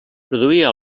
produïa